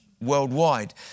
worldwide